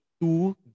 two